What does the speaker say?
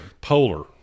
Polar